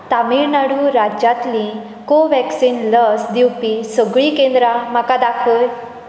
तमिळनाडू राज्यांतलीं कोव्हॅक्सिन लस दिवपी सगळीं केंद्रां म्हाका दाखय